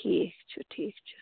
ٹھیٖک چھُ ٹھیٖک چھُ